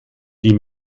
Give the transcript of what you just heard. die